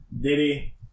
Diddy